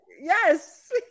Yes